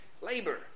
labor